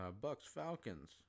Bucks-Falcons